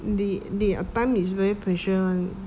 the the time is very pressure [one]